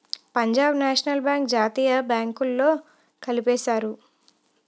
Punjab national bank జాతీయ బ్యాంకుల్లో కలిపేశారు